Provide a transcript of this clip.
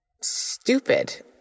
stupid